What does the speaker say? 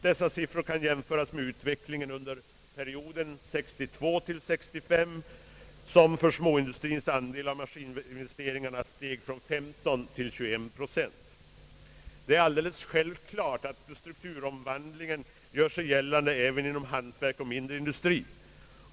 Dessa siffror kan jämföras med utvecklingen under perioden 1962—1965 då småindustriens andel av maskininvesteringarna steg från 15 till 21 procent. Det är självklart att strukturomvandlingen gör sig gällande även inom hantverk och mindre industri.